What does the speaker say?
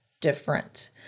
different